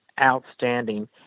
outstanding